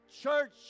Church